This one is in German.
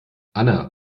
anna